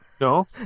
No